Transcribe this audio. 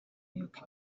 y’uko